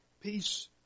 peace